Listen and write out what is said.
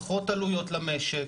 פחות עלויות למשק.